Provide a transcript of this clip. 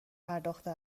پرداخته